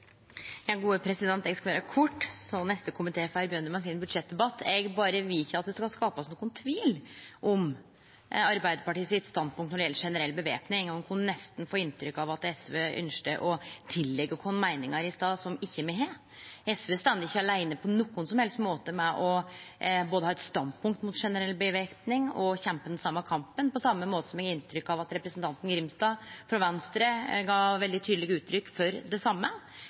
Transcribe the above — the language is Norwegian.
Eg skal vere kort, så neste komité får begynne med sin budsjettdebatt. Eg vil berre ikkje at det skal bli skapt nokon tvil om Arbeidarpartiet sitt standpunkt når det gjeld generell væpning. Ein kunne nesten få inntrykk av at SV ønskte å tilleggje oss meiningar i stad som me ikkje har. SV står ikkje aleine på nokon som helst måte om både å ha eit standpunkt mot generell væpning og å kjempe den same kampen, på same måten som eg har inntrykk av at representanten Grimstad frå Venstre ga veldig tydeleg uttrykk for. Det